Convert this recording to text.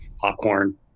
popcorn